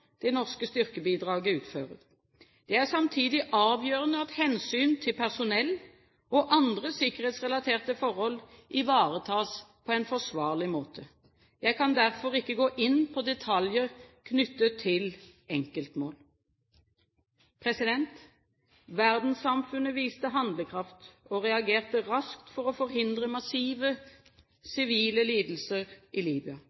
det norske styrkebidraget utfører. Det er samtidig avgjørende at hensyn til personell og andre sikkerhetsrelaterte forhold ivaretas på en forsvarlig måte. Jeg kan derfor ikke gå inn på detaljer knyttet til enkeltmål. Verdenssamfunnet viste handlekraft og reagerte raskt for å forhindre massive sivile lidelser i